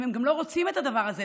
הם גם לא רוצים את הדבר הזה,